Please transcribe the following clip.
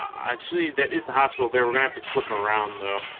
actually that is the hospital there we're gonna have to flip around though